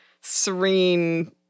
serene